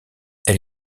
elle